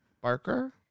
Barker